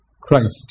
Christ